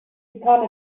become